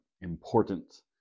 important